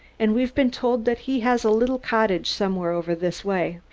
and we've been told that he has a little cottage somewhere over this way.